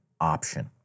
option